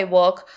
work